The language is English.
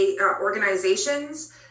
organizations